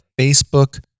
Facebook